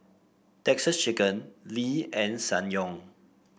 Texas Chicken Lee and Ssangyong